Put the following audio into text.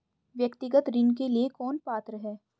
व्यक्तिगत ऋण के लिए कौन पात्र है?